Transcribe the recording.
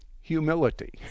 Humility